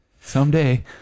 someday